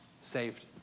saved